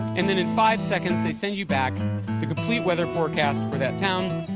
and then in five seconds, they send you back the complete weather forecast for that town.